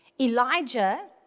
Elijah